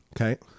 Okay